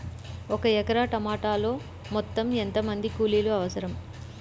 ఒక ఎకరా టమాటలో మొత్తం ఎంత మంది కూలీలు అవసరం?